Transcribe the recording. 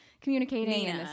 communicating